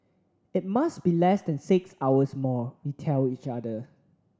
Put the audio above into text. it must be less than six hours more we tell each other